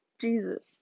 Jesus